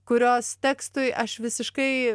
kurios tekstui aš visiškai